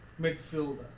Midfielder